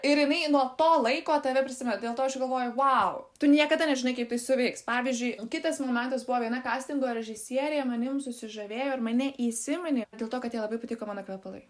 ir jinai nuo to laiko tave prisimena dėl to aš galvoju vau tu niekada nežinai kaip tai suveiks pavyzdžiui kitas momentas buvo viena kastingo režisierė manim susižavėjo ir mane įsiminė dėl to kad jai labai patiko mano kvepalai